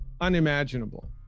unimaginable